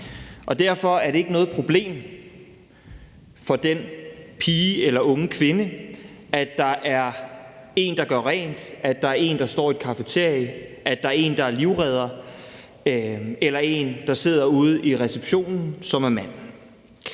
Og derfor er det ikke noget problem for den pige eller unge kvinde, at der er en, der gør rent, at der er en, der står i et cafeteria, at der er en, der er livredder, eller at der er en, der sidder ude i receptionen, som er mand.